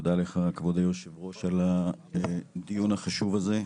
תודה לך כבוד היושב ראש על הדיון החשוב הזה,